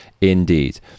indeed